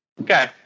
Okay